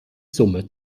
summe